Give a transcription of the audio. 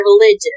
religion